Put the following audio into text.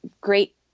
great